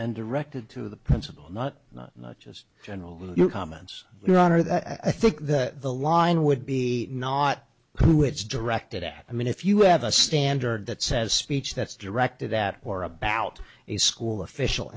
and directed to the principal not just general your comments your honor that i think that the line would be not who it's directed at i mean if you have a standard that says speech that's directed at or about a school official